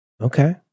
Okay